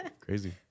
Crazy